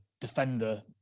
defender